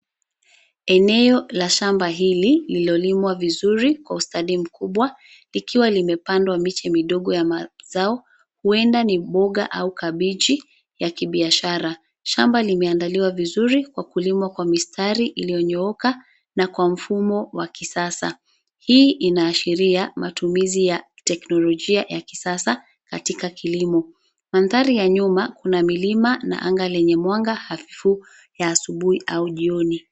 Eneo la shamba hili lililomwa vizuri kwa ustadi mkubwa likiwa limepandwa miche midogo ya mazao huenda ni boga au kabeji ya kibiashara. Shamba limeandaliwa vizuri kwa kulimwa kwa mistari iliyonyooka na kwa mfumo wa kisasa. Hili inaashiria matumizi ya teknolojia ya kisasa katika kilimo. Mandhari ya nyuma kuna milima na anga lenye mwanga hafifu ya asubuhi au jioni.